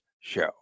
Show